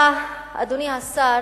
אתה, אדוני השר,